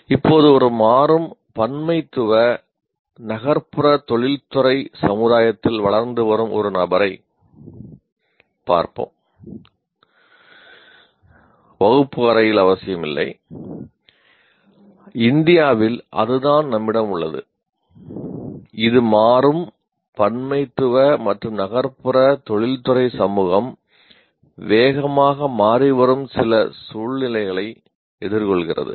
இப்போது ஒரு மாறும் பன்மைத்துவ நகர்ப்புற தொழில்துறை சமுதாயத்தில் வளர்ந்து வரும் ஒரு நபரை பார்ப்போம் இந்தியாவில் அதுதான் நம்மிடம் உள்ளது இது மாறும் பன்மைத்துவ மற்றும் நகர்ப்புற தொழில்துறை சமூகம் வேகமாக மாறிவரும் சில சூழ்நிலைகளை எதிர்கொள்கிறது